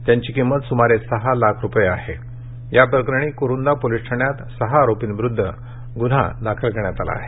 त्याची किंमत सुमारे सहा लाख रुपये एवढी आहे याप्रकरणी कुरूंदा पोलिस ठाण्यात सहा आरोपींविरुद्ध गुन्हा दाखल करण्यात आला आहे